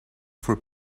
for